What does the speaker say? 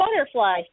butterfly